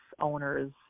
owners